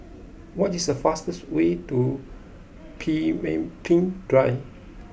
what is the fastest way to Pemimpin Drive